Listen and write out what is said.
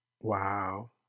Wow